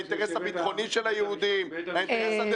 לאינטרס הביטחוני של היהודים?